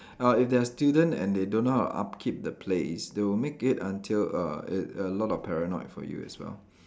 uh if they are student and they don't know how to upkeep the place they will make it until err it a lot of paranoid for you as well